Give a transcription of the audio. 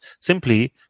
simply